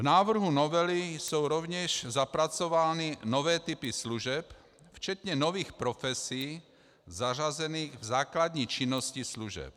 V návrhu novely jsou rovněž zapracovány nové typy služeb včetně nových profesí zařazených v základní činnosti služeb.